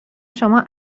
شما